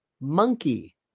monkey